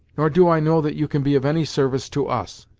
nor do i know that you can be of any service to us.